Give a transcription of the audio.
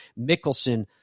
Mickelson